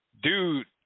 dude